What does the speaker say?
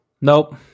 nope